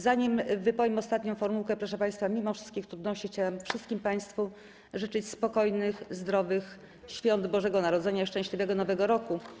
Zanim wypowiem ostatnią formułkę, proszę państwa, mimo wszystkich trudności chciałabym wszystkim państwu życzyć spokojnych, zdrowych świąt Bożego Narodzenia i szczęśliwego Nowego Roku.